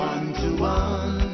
One-to-one